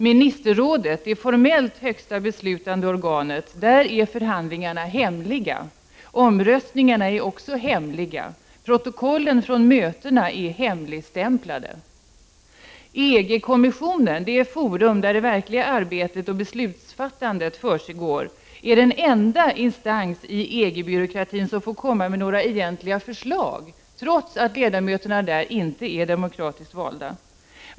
Ministerrådet är det formellt högsta beslutande organet. Där är förhandlingarna hemliga. Omröstningarna är också hemliga. Protokollen från mötena är hemligstämplade. EG-kommissionen, det forum där det verkliga arbetet och beslutsfattandet försiggår, är den enda instans i EG-byråkratin som får komma med några egentliga förslag trots att ledamöterna där inte är demokratiskt valda.